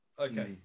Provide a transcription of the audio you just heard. Okay